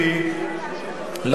לכן,